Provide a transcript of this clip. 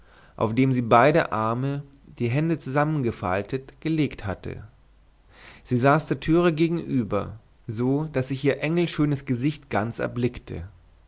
auf den sie beide ärme die hände zusammengefaltet gelegt hatte sie saß der türe gegenüber so daß ich ihr engelschönes gesicht ganz erblickte